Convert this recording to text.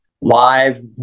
live